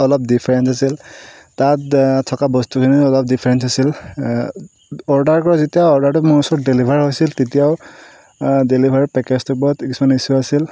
অলপ ডিফাৰেঞ্চ আছিল তাত থকা বস্তুখিনিও অলপ ডিফাৰেঞ্চ আছিল অৰ্ডাৰ কৰা যেতিয়া অৰ্ডাৰটো মোৰ ওচৰত ডেলিভাৰ হৈছিল তেতিয়াও ডেলিভাৰী পেকেজটো পোৱাত কিছুমান ইশ্ব্যু আছিল